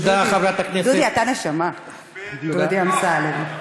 ודודי, דודי, אתה נשמה, דודי אמסלם.